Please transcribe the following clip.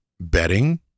betting